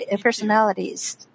personalities